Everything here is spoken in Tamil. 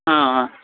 ஆ ஆ